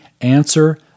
Answer